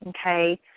okay